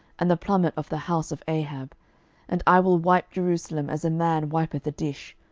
and the plummet of the house of ahab and i will wipe jerusalem as a man wipeth a dish,